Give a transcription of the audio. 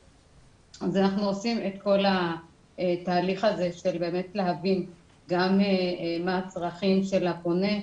אז אנחנו עושים את כל התהליך הזה של באמת להבין גם מה הצרכים של הפונה.